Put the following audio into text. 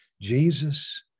jesus